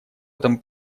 этом